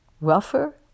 rougher